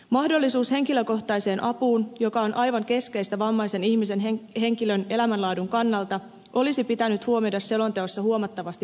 mahdollisuus henkilökohtaiseen apuun joka on aivan keskeistä vammaisen ihmisen henkilön elämänlaadun kannalta olisi pitänyt huomioida selonteossa huomattavasti paremmin